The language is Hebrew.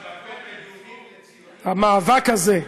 הבדל בין יהודים לציונים, BDS,